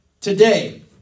Today